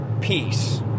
peace